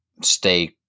stay